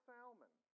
Salmon